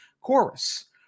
Chorus